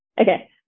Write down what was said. okay